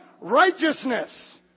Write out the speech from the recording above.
righteousness